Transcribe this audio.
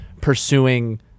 pursuing